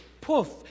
Poof